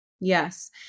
Yes